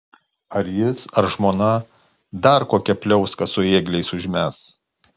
ar jis ar žmona dar kokią pliauską su ėgliais užmes